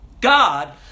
God